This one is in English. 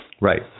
Right